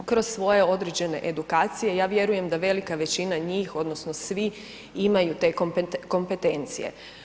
Kroz svoje određene edukacije, ja vjerujem da velika većina njih, odnosno svi imaju te kompetencije.